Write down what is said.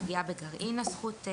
פגיעה בגרעין הזכות,